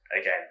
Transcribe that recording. Again